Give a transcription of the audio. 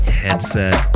headset